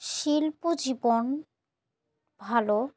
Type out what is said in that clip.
শিল্প জীবন ভালো